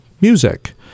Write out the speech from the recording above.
music